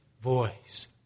voice